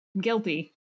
Guilty